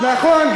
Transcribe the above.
נכון,